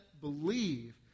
believe